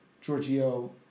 Giorgio